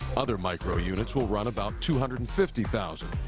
other micro units will run about two hundred and fifty thousand.